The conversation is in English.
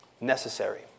necessary